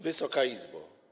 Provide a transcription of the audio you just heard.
Wysoka Izbo!